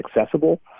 accessible